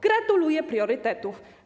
Gratuluję priorytetów.